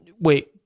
Wait